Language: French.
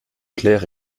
claire